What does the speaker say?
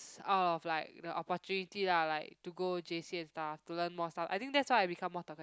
out of like the opportunity lah like to go J_C and stuff to learn more stuff I think that's why I became more talkative